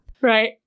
Right